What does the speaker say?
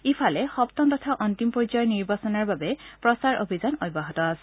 ইফালে সপ্তম তথা অন্তিম পৰ্যায়ৰ নিৰ্বাচনৰ বাবে প্ৰচাৰ অভিযান অব্যাহত আছে